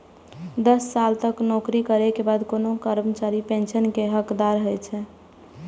दस साल तक नौकरी करै के बाद कोनो कर्मचारी पेंशन के हकदार होइ छै